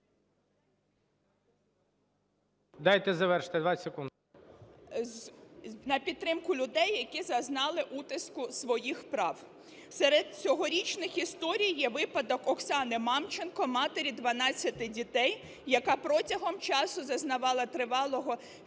Дайте завершити, 20 секунд. ЗАБУРАННА Л.В. …на підтримку людей, які зазнали утиску своїх прав. Серед цьогорічних історій є випадок Оксани Мамченко, матері дванадцяти дітей, яка протягом часу зазнавала тривалого